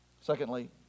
Secondly